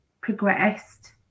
progressed